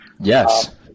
Yes